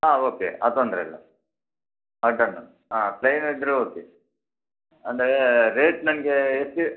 ಹಾಂ ಓಕೆ ಅದು ತೊಂದರೆ ಇಲ್ಲ ಆ ಡನ್ನು ಹಾಂ ಪ್ಲೈನ್ ಇದ್ರು ಓಕೆ ಅಂದರೆ ರೇಟ್ ನಂಗೇ ಎಷ್ಟು